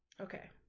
Okay